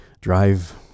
drive